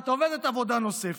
את עובדת עבודה נוספת.